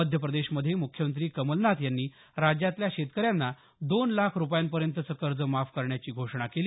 मध्यप्रदेशमध्ये मुख्यमंत्री कमलनाथ यांनी राज्यातल्या शेतकऱ्यांना दोन लाख रूपयांपर्यंतचं लाखांहन करण्याची घोषणा केली